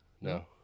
No